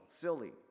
silly